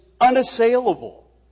unassailable